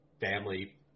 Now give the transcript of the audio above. family